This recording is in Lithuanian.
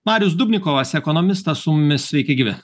marius dubnikovas ekonomistas su mumi sveiki gyvi